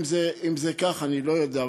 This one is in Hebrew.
אם זה כך אני לא יודע,